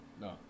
no